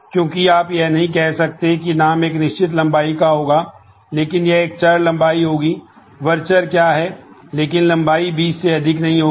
तो यह कहता है कि आईडी क्या है लेकिन लंबाई 20 से अधिक नहीं होगी